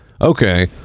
okay